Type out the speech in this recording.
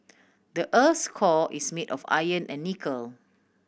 the earth's core is made of iron and nickel